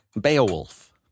Beowulf